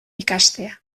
ikastea